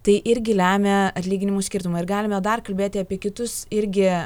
tai irgi lemia atlyginimų skirtumą ir galime dar kalbėti apie kitus irgi